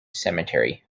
cemetery